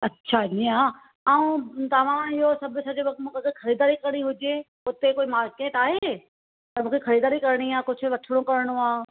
अच्छा ईअं आहे ऐं तव्हां इहो सभु सॼे वक़्तु मूंखे ख़रीदारी करणी हुजे उते कोई मार्केट आहे त मूंखे ख़रीदारी करणी आहे कुझु वठणो करणो आहे